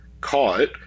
caught